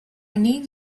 need